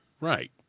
Right